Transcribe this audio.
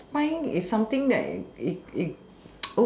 but spine is something that it it it